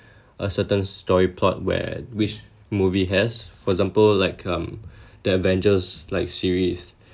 a certain story plot where which movie has for example like um the avengers like series